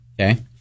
Okay